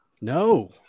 no